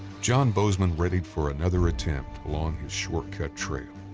john bozeman readied for another attempt along his shortcut trail.